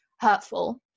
hurtful